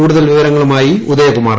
കൂടുതൽ വിവരങ്ങളുമായി ഉദയകുമാർ